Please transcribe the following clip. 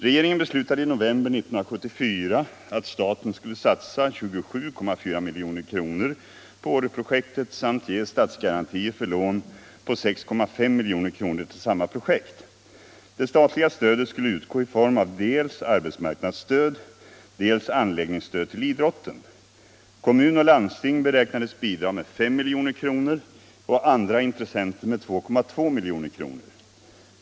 Regeringen beslutade i november 1974 att staten skulle satsa 27,4 milj.kr. på Åreprojektet samt ge statsgarantier för lån på 6,5 milj.kr. till samma projekt. Det statliga stödet skulle utgå i form av dels arbetsmarknadsstöd, dels anläggningsstöd till idrotten. Kommun och landsting beräknades bidra med 5 milj.kr. och andra intressenter med 2,2 milj.kr.